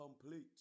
complete